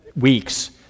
weeks